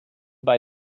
bei